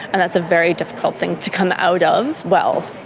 and that's a very difficult thing to come out of well.